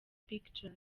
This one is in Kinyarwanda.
pictures